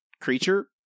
creature